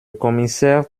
commissaire